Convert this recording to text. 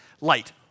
light